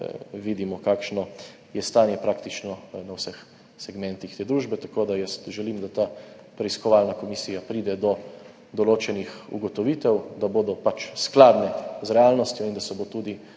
vidimo, kakšno je stanje praktično na vseh segmentih te družbe. Jaz želim, da ta preiskovalna komisija pride do določenih ugotovitev, da bodo skladne z realnostjo in da se bo tudi